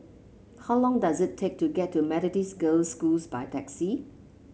how long does it take to get to Methodist Girls' School by taxi